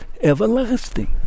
everlasting